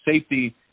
safety